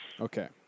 Okay